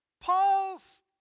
Paul's